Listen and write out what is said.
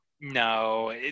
No